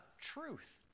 truth